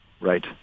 Right